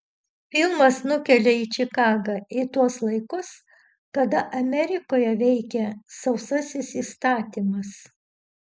filmas nukelia į čikagą į tuos laikus kada amerikoje veikė sausasis įstatymas